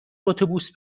اتوبوس